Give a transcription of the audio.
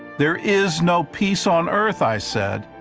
there is no peace on earth, i said,